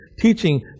teaching